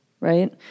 right